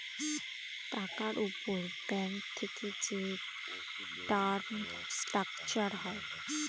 টাকার উপর ব্যাঙ্ক থেকে যে টার্ম স্ট্রাকচার হয়